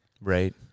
Right